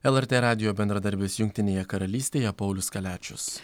lrt radijo bendradarbis jungtinėje karalystėje paulius kaliačius